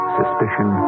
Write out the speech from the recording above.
suspicion